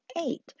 eight